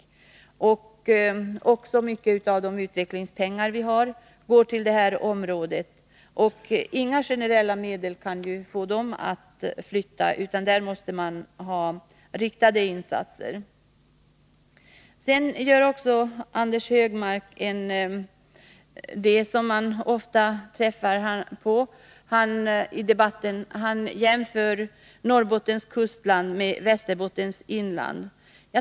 En stor del av våra utvecklingspengar går också till detta område. Inga generella medel kan få de företagen att flytta, utan här krävs det riktade insatser. Också Anders Högmark gör någonting som man ofta träffar på i debatten, nämligen en jämförelse mellan Norrbottens kustland och Västerbottens inland.